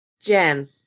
Jen